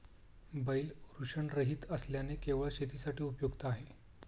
बैल वृषणरहित असल्याने केवळ शेतीसाठी उपयुक्त आहे